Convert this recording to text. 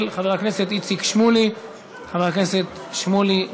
של חבר הכנסת איציק שמולי.